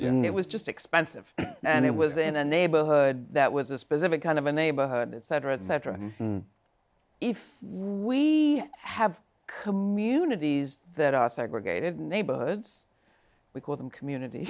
it was just expensive and it was in a neighborhood that was a specific kind of a neighborhood etc etc and if we have communities that are segregated neighborhoods we call them community